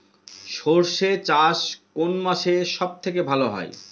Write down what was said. সর্ষে চাষ কোন মাসে সব থেকে ভালো হয়?